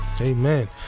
Amen